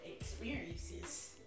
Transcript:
experiences